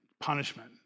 punishment